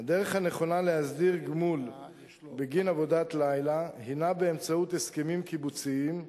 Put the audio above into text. הדרך הנכונה להסדיר גמול בגין עבודת לילה היא באמצעות הסכמים קיבוציים.